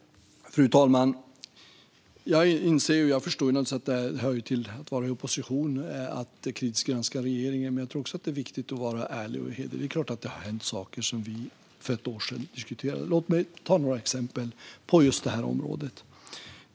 Fru talman! Jag inser och förstår att det hör till att i opposition kritiskt granska regeringen, men jag tror också att det är viktigt att vara ärlig. Det är klart att det har hänt saker sedan vi diskuterade det här för ett år sedan. Låt mig ta några exempel på just det här området.